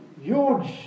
huge